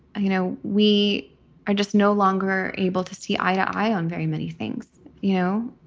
you know, we are just no longer able to see eye to eye on very many things, you know,